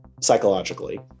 psychologically